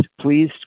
please